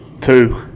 two